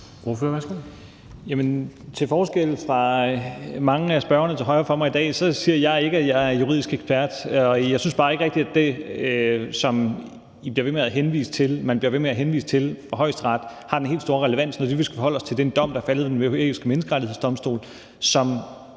Til forskel fra mange af spørgerne til højre for mig i salen i dag siger jeg ikke, at jeg er juridisk ekspert, og jeg synes bare ikke, at det, man bliver ved med at henvise til vedrørende Højesteret, har den helt store relevans, når det, vi skal forholde os til, er en dom, der er faldet ved Den Europæiske Menneskerettighedsdomstol, og